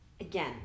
Again